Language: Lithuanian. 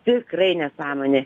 tikrai nesąmonė